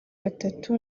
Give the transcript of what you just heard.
batatu